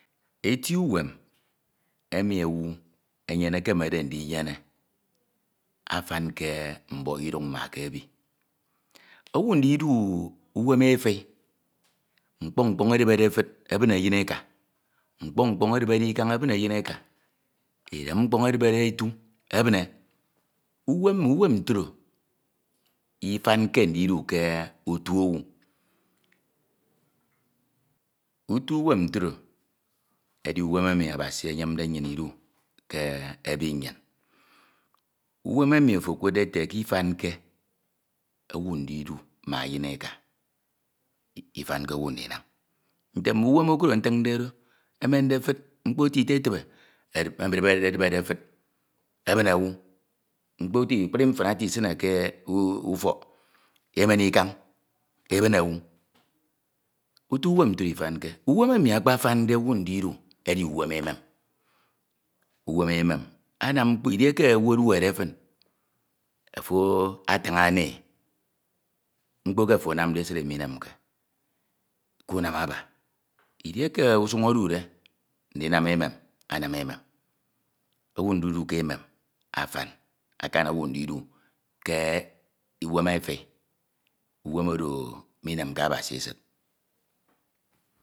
Eti uwem, emi owu enyene ekenade ndiyene nfan ke mbokiduñ ke ufok ma ke ebi owu ndidu uwem eti mkpoñ edimere etud ebine eyin eka mkpọñ ukpọñ edimere ikañ ebine eyin eka edem mkpoñ edimere etu ebin uwem uwem ntro ufake ndidu ke otu owu, uto uwem ntro edi uwem emi Abasi enyemde nnyin ide ke ebi nnyin uwem emi ofo ekudde ke ifanke owu ndidu ma eyin eka, ifanke owu ndinam nte mme imem okro ntinde do emende etnd mkpo ete itetibe edinere edinene, etud ebine owu akpri ufana ete isine ke ufok emen ikañ ebine owu, nto uwem ntro ifanke uwem emi akpafa de owu ndidu edi uwem emem uwem emem amam mkpo edike owu eduede tin ofo atrin onoe mkpo ofo anamde eside emo inemke edieke usuñ odude ndinam emem anam emem owu ndidu ke emem afan akan owu ndidu ke uwem eti uwem oro minenrke Abasi esid